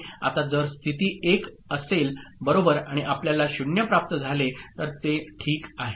आता जर स्थिती 1 असेल बरोबर आणि आपल्याला 0 प्राप्त झाले तर ठीक आहे